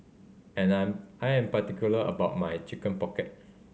and I'm I am particular about my Chicken Pocket